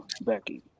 Becky